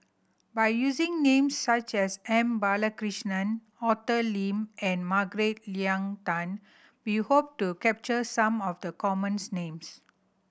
by using names such as M Balakrishnan Arthur Lim and Margaret Leng Tan we hope to capture some of the commons names